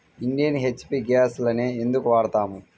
Indian, HP గ్యాస్లనే ఎందుకు వాడతాము?